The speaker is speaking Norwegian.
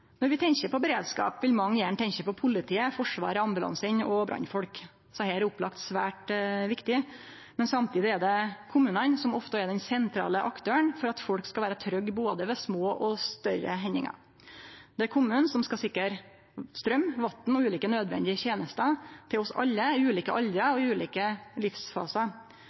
Når vi tenkjer på beredskap, vil mange gjerne tenkje på politiet, Forsvaret, ambulansane og brannfolk. Desse er heilt opplagt svært viktige, men samtidig er det kommunane som ofte er den sentrale aktøren for at folk skal vere trygge både ved små og større hendingar. Det er kommunen som skal sikre straum, vatn og ulike nødvendige tenester til oss alle, i ulike aldrar og i ulike